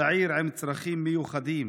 צעיר עם צרכים מיוחדים,